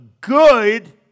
good